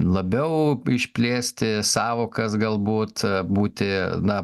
labiau išplėsti sąvokas galbūt būti na